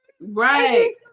Right